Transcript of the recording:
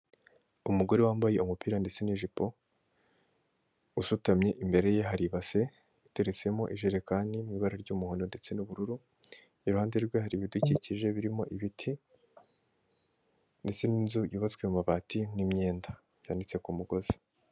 Umugore wambaye umupira ndetse n'ijipo usutamye imbere ye hari ibase iteretsemo ijerekani mu ibara ry'umuhondo ndetse n'ubururu, iruhande rwe hari ibidukikije birimo ibiti, ndetse n'inzu yubatswe mu mabati n'imyenda yanitse ku mugozi.